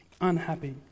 Unhappy